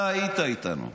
אתה היית איתנו,